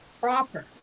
proper